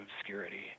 obscurity